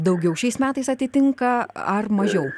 daugiau šiais metais atitinka ar mažiau